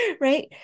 right